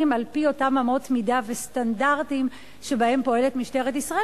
על-פי אותן אמות מידה וסטנדרטים שבהם פועלת משטרת ישראל,